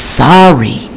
sorry